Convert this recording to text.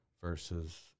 Versus